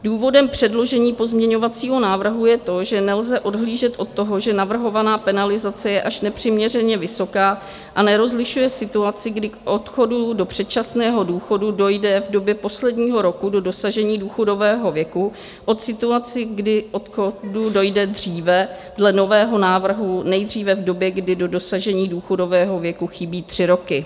Důvodem předložení pozměňovacího návrhu je to, že nelze odhlížet od toho, že navrhovaná penalizace je až nepřiměřeně vysoká a nerozlišuje situaci, kdy k odchodu do předčasného důchodu dojde v době posledního roku do dosažení důchodového věku od situací, kdy k odchodu dojde dříve, dle nového návrhu nejdříve v době, kdy do dosažení důchodového věku chybí tři roky.